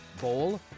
Bowl